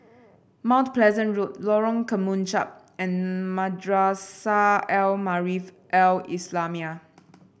Mount Pleasant Road Lorong Kemunchup and Madrasah Al Maarif Al Islamiah